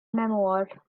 memoir